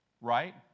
Right